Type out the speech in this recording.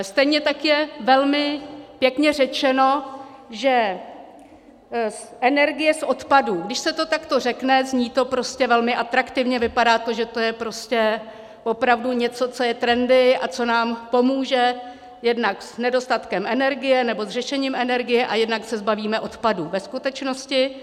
Stejně tak je velmi pěkně řečeno, že energie z odpadů když se to takto řekne, zní to prostě velmi atraktivně, vypadá to, že to je prostě opravdu něco, co je trendy a co nám pomůže jednak s nedostatkem energie nebo s řešením energie, a jednak se zbavíme odpadů ve skutečnosti.